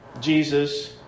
Jesus